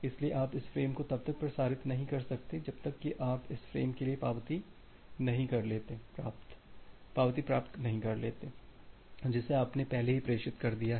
इसलिए आप इस फ़्रेम को तब तक प्रसारित नहीं कर सकते जब तक कि आप इस फ़्रेम के लिए पावती प्राप्त नहीं कर लेते हैं जिसे आपने पहले ही प्रेषित कर दिया है